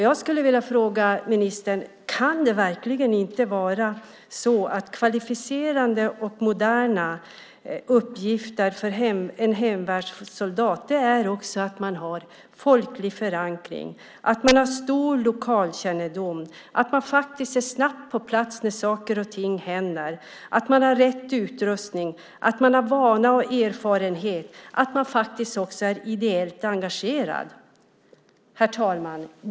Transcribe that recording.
Jag skulle vilja fråga ministern: Kan det verkligen inte vara så att kvalificerade och moderna uppgifter för en hemvärnssoldat också kan vara att man har folklig förankring, att man har stor lokalkännedom, att man är snabbt på plats när saker och ting händer, att man har rätt utrustning, att man har vana och erfarenhet och att man faktiskt också är ideellt engagerad? Herr talman!